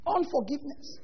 Unforgiveness